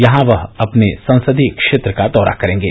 यहां वह अपने संसदीय क्षेत्र का दौरा करेंगे